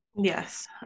Yes